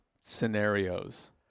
scenarios